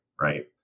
right